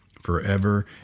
forever